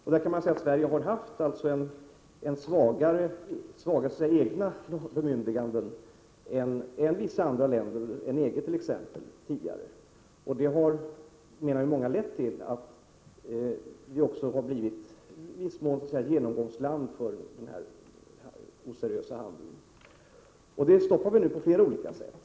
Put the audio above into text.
Man kan påstå att Sverige tidigare har så att säga haft svagare egna bemyndiganden än vissa andra länder, t.ex. EG-länderna. Enligt mångas mening har detta lett till att Sverige i viss mån har blivit ett genomgångsland för oseriös handel. Nu stoppas oseriös handel på flera olika sätt.